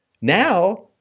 Now